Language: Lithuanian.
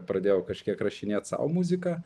pradėjau kažkiek rašinėt sau muziką